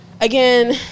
again